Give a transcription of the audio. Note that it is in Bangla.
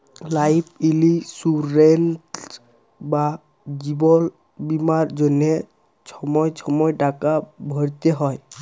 লাইফ ইলিসুরেন্স বা জিবল বীমার জ্যনহে ছময় ছময় টাকা ভ্যরতে হ্যয়